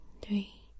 three